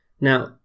Now